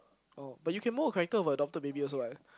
oh but you can mold a character of a adopted baby also what